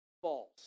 false